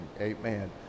Amen